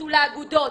שייכנסו לאגודות.